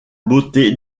beauté